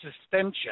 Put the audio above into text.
suspension